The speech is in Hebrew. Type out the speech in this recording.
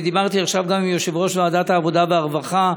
אני דיברתי עכשיו גם עם יושב-ראש ועדת העבודה והרווחה,